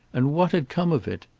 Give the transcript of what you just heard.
and what had come of it?